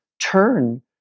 turn